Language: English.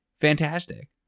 Fantastic